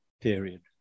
period